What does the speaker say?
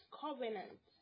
covenant